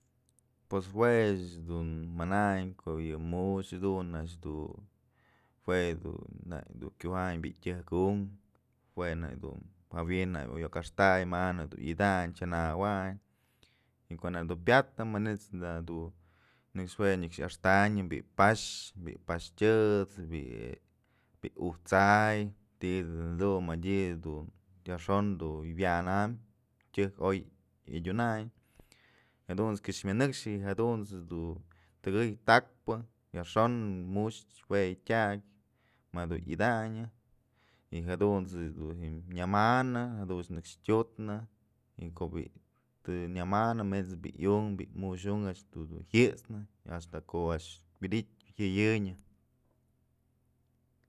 Pues jue ëch dun manayn ko'o yë mu'ux jadun a'ax du jue dun nak dun kyojayn bi'i tyëjk unkë jue nak dun, jawi'in nak dun iuk axtay ma'a nak dun yëtayn chanawayn y ko'o nak dun pyatnë manyt's nak dun nëkx jue nëkx yëxtanyë bi'i pax, bi'i pax tyet's bi'i ujt's ay tidën jadun mëdyë dun yajxon dun wyanam tyëjk oy yadyunayn jadunt's kyëx mënëkx y jadunt's dun tëkëy takpë yajxon mu'ux jue tyakë madu i'idanyë y jadunt's yëdu ji'im nyamanë jadunt's nëkx tyutnë y ko'o bi'i të nyëmanë manytë bi'i iunkë bi'i mu'ux unkë a'ax dun ji'it'snë hasta ko'o a'ax widytë jëyënyë.